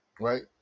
right